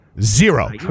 Zero